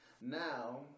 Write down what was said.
Now